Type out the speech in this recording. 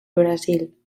brasil